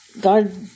God